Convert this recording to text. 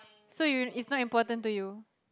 so you it's not important to you